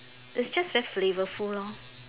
is just very flavourful lor